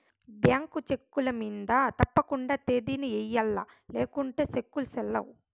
bank చెక్కుల మింద తప్పకండా తేదీని ఎయ్యల్ల లేకుంటే సెక్కులు సెల్లవ్